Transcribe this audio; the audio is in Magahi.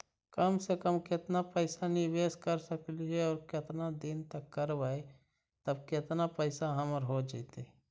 कम से कम केतना पैसा निबेस कर सकली हे और केतना दिन तक करबै तब केतना पैसा हमर हो जइतै?